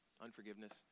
unforgiveness